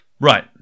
Right